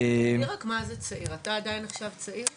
תגדיר רק מה זה צעיר, אתה עדיין נחשב צעיר?